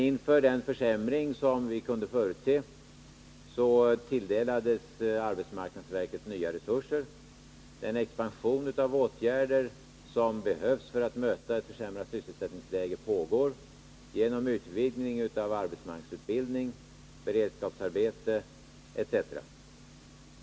Inför den försämring som vi kunde förutse tilldelades arbetsmarknadsverket nya resurser. Den expansion av åtgärder som behövs för att möta ett försämrat sysselsättningsläge pågår genom utvidgning av arbetsmarknadsutbildning, beredskapsarbeten etc.